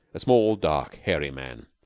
a small, dark, hairy man.